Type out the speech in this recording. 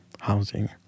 housing